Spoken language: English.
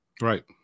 right